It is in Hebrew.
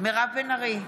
מירב בן ארי,